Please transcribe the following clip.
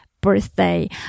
birthday